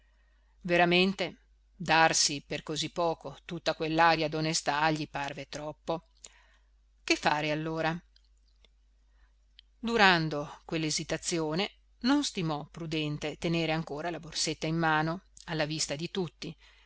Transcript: veramente darsi per così poco tutta quell'aria d'onestà gli parve troppo che fare allora durando quell'esitazione non stimò prudente tenere ancora la borsetta in mano alla vista di tutti